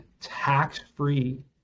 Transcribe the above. tax-free